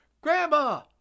grandma